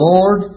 Lord